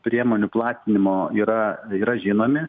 priemonių platinimo yra yra žinomi